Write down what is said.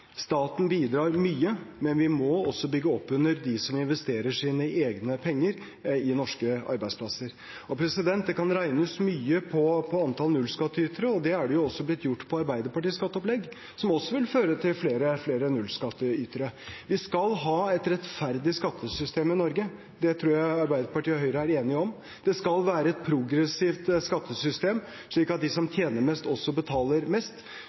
Staten bidrar mye, men vi må også bygge opp under dem som investerer sine egne penger i norske arbeidsplasser. Det kan regnes mye på antall nullskatteytere, og det er det også blitt gjort med Arbeiderpartiets skatteopplegg, som også vil føre til flere nullskatteytere. Vi skal ha et rettferdig skattesystem i Norge. Det tror jeg Arbeiderpartiet og Høyre er enige om. Det skal være et progressivt skattesystem, slik at de som tjener mest, også betaler mest.